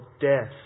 death